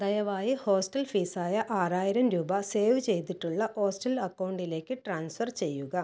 ദയവായി hostel fees ആയ ആറായിരം രൂപ സേവ് ചെയ്തിട്ടുള്ള ഹോസ്റ്റൽ അക്കൗണ്ടിലേക്ക് ട്രാൻസ്ഫർ ചെയ്യുക